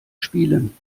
spielen